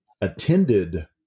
attended